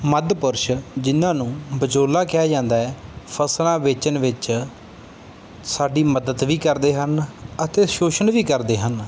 ਮੱਧ ਪੁਰਸ਼ ਜਿਨ੍ਹਾਂ ਨੂੰ ਵਿਚੋਲਾ ਕਿਹਾ ਜਾਂਦਾ ਹੈ ਫਸਲਾਂ ਵੇਚਣ ਵਿੱਚ ਸਾਡੀ ਮਦਦ ਵੀ ਕਰਦੇ ਹਨ ਅਤੇ ਸ਼ੋਸ਼ਣ ਵੀ ਕਰਦੇ ਹਨ